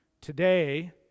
today